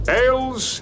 ales